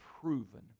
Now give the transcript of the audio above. proven